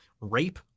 rape